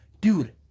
Dude